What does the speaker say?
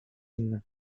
innym